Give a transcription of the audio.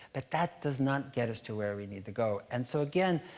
but that does not get us to where we need to go. and so, again,